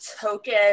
token